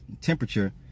temperature